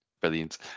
Brilliant